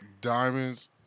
Diamonds